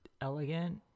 elegant